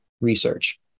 research